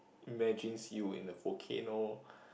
imagines you in a volcano